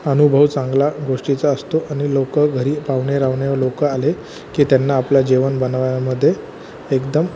अनुभव चांगला गोष्टीचा असतो आणि लोकं घरी पाहुणे राहुणे लोकं आले की त्यांना आपलं जेवण बनवायामध्ये एकदम